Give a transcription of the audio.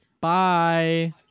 Bye